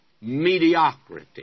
mediocrity